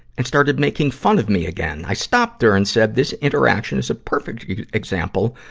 and started making fun of me again. i stopped her and said this interaction is a perfect example,